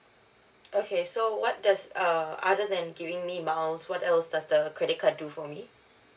okay so what does err other than giving me miles what else does the credit card do for me